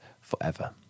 forever